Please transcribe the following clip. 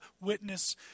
witness